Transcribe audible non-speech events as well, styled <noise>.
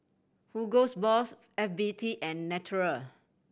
Hugo <unintelligible> Boss F B T and Naturel